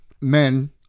men